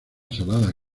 salada